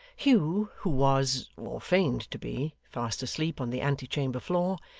hugh, who was, or feigned to be, fast asleep on the ante-chamber floor,